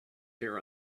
here